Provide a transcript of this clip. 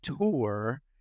tour